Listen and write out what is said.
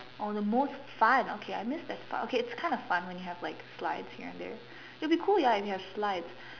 oh the most fun okay I missed that part okay it's kind of fun when you have like slides here and there it would be cool ya if you have slides